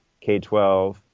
K-12